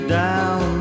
down